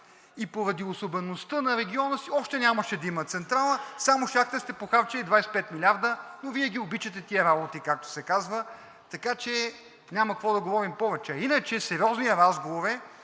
И поради особеността на региона още нямаше да има централа, а само щяхте да сте похарчили 25 милиарда, но Вие ги обичате тези работи, както се казва. Така че няма какво да говорим повече. А иначе, сериозният разговор